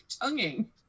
tonguing